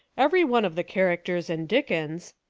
every one of the characters in dickens,